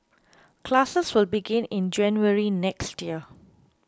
classes will begin in January next year